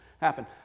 Happen